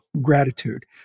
gratitude